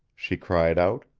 she cried out,